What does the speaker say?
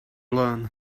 learn